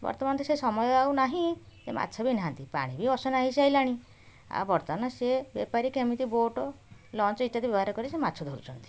ବର୍ତ୍ତମାନ ତ ସେ ସମୟ ଆଉ ନାହିଁ ସେ ମାଛ ବି ନାହାନ୍ତି ପାଣି ବି ଅସନା ହେଇସାରିଲାଣି ଆଉ ବର୍ତ୍ତମାନ ସେ ବେପାରୀ କେମିତି ବୋଟ୍ ଲଞ୍ଚ୍ ଇତ୍ୟାଦି ବ୍ୟବହାର କରି ସେ ମାଛ ଧରୁଛନ୍ତି